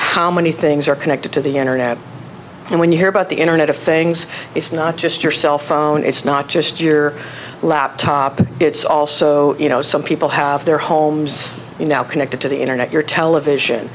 how many things are connected to the internet and when you hear about the internet of things it's not just your cell phone it's not just your laptop it's also you know some people have their homes you now connected to the internet your television